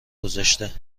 گذاشته